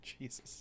Jesus